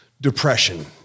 depression